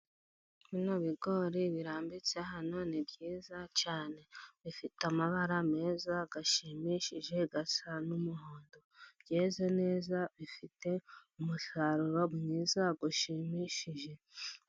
Bino bigori birambitse hano ni byiza cyane. Bifite amabara meza, ashimishije asa n'umuhondo. Byeze neza bifite umusaruro mwiza ushimishije.